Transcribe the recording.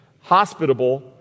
hospitable